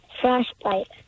Frostbite